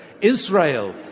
Israel